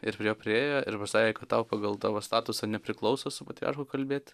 ir prie jo priėjo ir pasakė kad tau pagal tavo statusą nepriklauso su patriarchu kalbėt